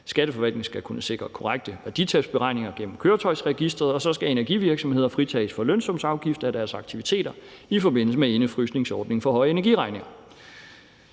Skatteforvaltningen skal kunne sikre korrekte værditabsberegninger gennem Køretøjsregisteret, og så skal energivirksomheder fritages for lønsumsafgift af deres aktiviteter i forbindelse med indefrysningsordningen for høje energiregninger.